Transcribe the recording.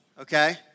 okay